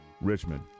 Richmond